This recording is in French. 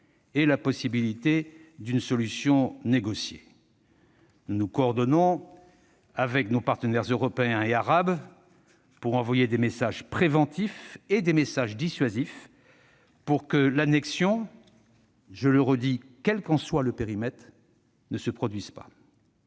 et la possibilité d'une solution négociée. Nous nous coordonnons avec nos partenaires européens et arabes pour envoyer des messages préventifs et des messages dissuasifs pour que l'annexion, quel qu'en soit le périmètre- je le répète -,